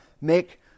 make